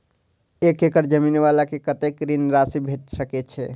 एक एकड़ जमीन वाला के कतेक ऋण राशि भेट सकै छै?